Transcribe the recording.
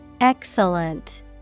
EXCELLENT